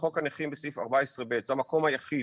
בחוק הנכים בסעיף 14(ב) זה המקום היחיד